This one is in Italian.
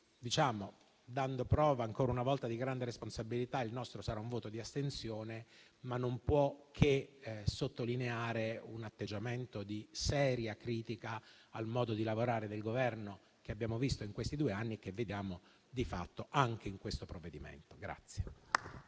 dando prova, ancora una volta, di grande responsabilità, il nostro sarà un voto di astensione, ma che non può non sottolineare un atteggiamento di seria critica al modo di lavorare del Governo, che abbiamo visto in questi due anni e che vediamo, di fatto, anche in questo provvedimento.